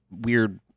weird